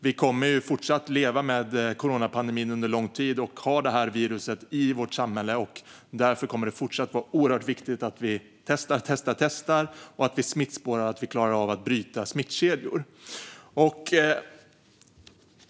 Vi kommer fortsatt att leva med coronapandemin under lång tid och ha viruset i vårt samhälle. Därför kommer det fortsatt att vara oerhört viktigt att vi testar och åter testar samt att vi smittspårar och klarar av att bryta smittkedjor.